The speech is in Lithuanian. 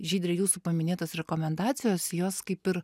žydre jūsų paminėtos rekomendacijos jos kaip ir